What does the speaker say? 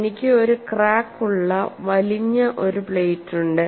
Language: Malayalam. എനിക്ക് ഒരു ക്രാക്ക് ഉള്ള വലിഞ്ഞ ഒരു പ്ലേറ്റ് ഉണ്ട്